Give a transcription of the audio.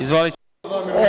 Izvolite.